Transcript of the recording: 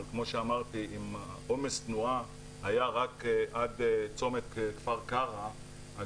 אבל כמו שאמרתי אם עומס התנועה היה רק עד צומת כפר קרע,